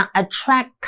attract